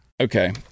Okay